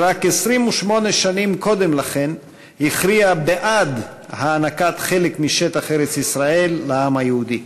שרק 28 שנים קודם לכן הכריע בעד הענקת חלק משטח ארץ-ישראל לעם היהודי.